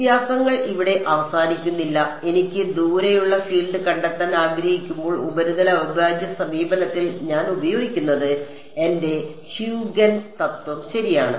വ്യത്യാസങ്ങൾ ഇവിടെ അവസാനിക്കുന്നില്ല എനിക്ക് ദൂരെയുള്ള ഫീൽഡ് കണ്ടെത്താൻ ആഗ്രഹിക്കുമ്പോൾ ഉപരിതല അവിഭാജ്യ സമീപനത്തിൽ ഞാൻ ഉപയോഗിക്കുന്നത് എന്റെ ഹ്യൂഗൻസ് തത്വം ശരിയാണ്